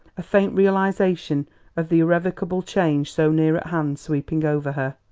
a faint realisation of the irrevocable change so near at hand sweeping over her.